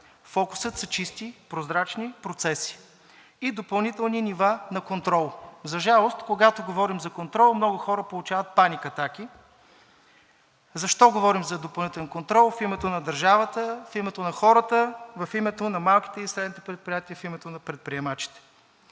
Фокусът се чисти, прозрачни процеси и допълнителни нива на контрол. За жалост, когато говорим за контрол, много хора получават паник атаки. Защо говорим за допълнителен контрол? В името на държавата, в името на хората, в името на малките и средните предприятия, в името на предприемачите.